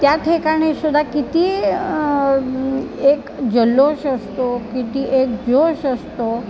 त्या ठिकाणी सुद्धा किती एक जल्लोष असतो किती एक जोश असतो